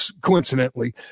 coincidentally